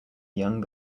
young